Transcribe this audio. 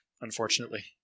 unfortunately